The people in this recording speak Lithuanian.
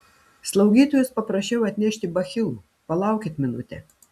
slaugytojos paprašiau atnešti bachilų palaukit minutę